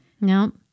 Nope